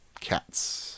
cats